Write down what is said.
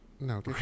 No